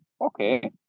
okay